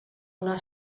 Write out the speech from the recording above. una